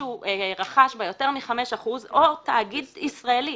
שמישהו רכש בה יותר מחמישה אחוזים או תאגיד ישראלי